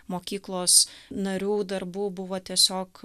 mokyklos narių darbų buvo tiesiog